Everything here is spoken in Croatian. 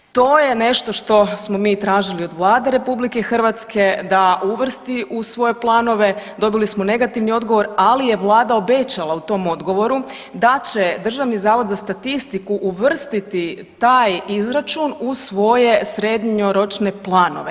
To je nešto što smo mi tražili od Vlade RH da uvrsti u svoje planove, dobili smo negativni odgovor, ali je vlada obećala u tom odgovoru da će Državni zavod za statistiku uvrstiti taj izračun u svoje srednjoročne planove.